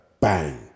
bang